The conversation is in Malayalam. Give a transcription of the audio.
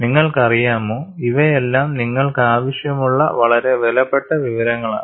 നിങ്ങൾക്കറിയാമോ ഇവയെല്ലാം നിങ്ങൾക്കാവശ്യമുള്ള വളരെ വിലപ്പെട്ട വിവരങ്ങളാണ്